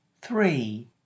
three